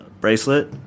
bracelet